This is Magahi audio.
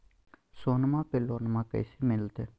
सोनमा पे लोनमा कैसे मिलते?